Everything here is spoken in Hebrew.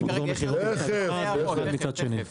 תכף תכף,